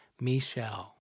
Michelle